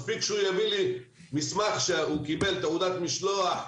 מספיק שהוא יביא לי מסמך שהוא קיבל תעודת משלוח,